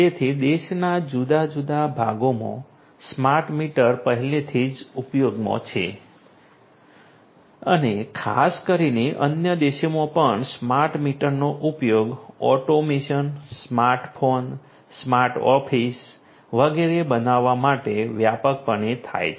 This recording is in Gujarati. તેથી દેશના જુદા જુદા ભાગોમાં સ્માર્ટ મીટર પહેલેથી જ ઉપયોગમાં છે અને ખાસ કરીને અન્ય દેશોમાં પણ સ્માર્ટ મીટરનો ઉપયોગ ઓટોમેશન સ્માર્ટફોન સ્માર્ટ ઓફિસ વગેરે બનાવવા માટે વ્યાપકપણે થાય છે